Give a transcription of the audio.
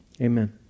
Amen